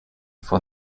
for